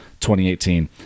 2018